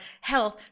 health